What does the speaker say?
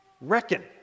Reckon